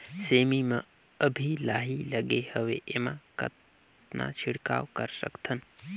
सेमी म अभी लाही लगे हवे एमा कतना छिड़काव कर सकथन?